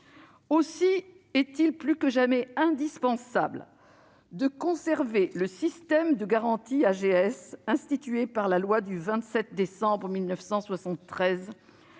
Aussi est-il plus que jamais indispensable de conserver le système de garantie AGS, institué par la loi du 27 décembre 1973.